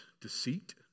deceit